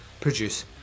produce